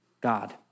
God